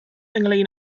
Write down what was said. ynglŷn